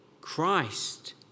Christ